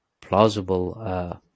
plausible